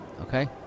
Okay